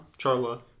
Charla